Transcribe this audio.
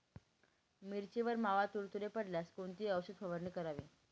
मिरचीवर मावा, तुडतुडे पडल्यास कोणती औषध फवारणी करावी?